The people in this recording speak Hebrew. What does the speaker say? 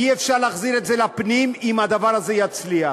אי-אפשר להחזיר את זה לפנים אם הדבר הזה יצליח.